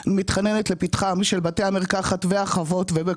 החיים ניתנו בידי הקדוש ברוך הוא ואם זה